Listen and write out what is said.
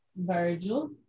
Virgil